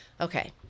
okay